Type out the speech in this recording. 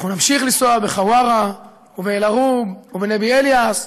אנחנו נמשיך לנסוע בחווארה ובאל-ערוב ובנבי אליאס,